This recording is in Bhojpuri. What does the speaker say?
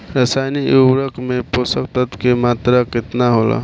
रसायनिक उर्वरक मे पोषक तत्व के मात्रा केतना होला?